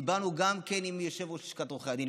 דיברנו גם עם יושב-ראש לשכת עורכי הדין,